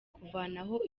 kuvanaho